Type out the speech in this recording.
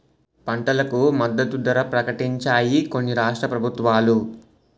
పంటలకు మద్దతు ధర ప్రకటించాయి కొన్ని రాష్ట్ర ప్రభుత్వాలు